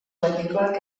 erdikoak